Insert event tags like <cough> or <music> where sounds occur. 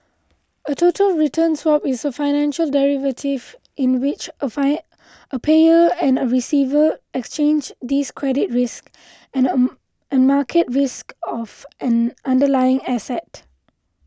a total return swap is a financial derivative in which a <unintelligible> a payer and a receiver exchange these credit risk and a <unintelligible> a market risk of an underlying asset